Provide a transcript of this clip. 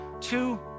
two